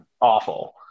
awful